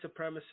supremacist